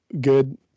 good